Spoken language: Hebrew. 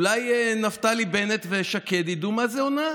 בחוק המסגרת.